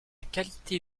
qualité